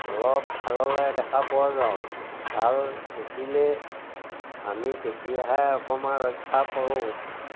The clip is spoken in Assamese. অলপ ভাললৈ দেখা পোৱা যাওঁ ভাল দেখিলে আমি তেতিয়াহে অকণমান ৰক্ষা পৰোঁ